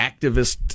activist